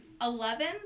Eleven